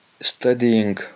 studying